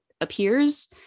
appears